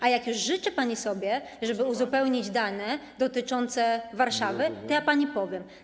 A jak już życzy pani sobie, żeby uzupełnić dane dotyczące Warszawy, to pani powiem.